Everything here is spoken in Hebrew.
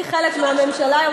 אני חלק מהממשלה היום,